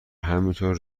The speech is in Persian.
همینطور